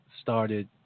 started